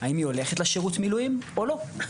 האם היא הולכת לשירות המילואים או לא?